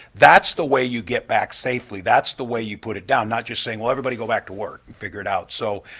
that's the way you get back safely. that's the way you put it down. not just saying, everybody go back to work and figure it out. so